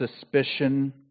suspicion